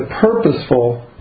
purposeful